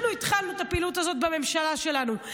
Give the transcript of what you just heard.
אנחנו התחלנו את הפעילות הזאת בממשלה שלנו,